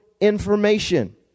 information